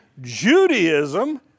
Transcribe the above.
Judaism